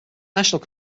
national